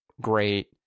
great